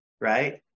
right